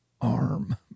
arm